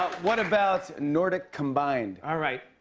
what about nordic combined? all right.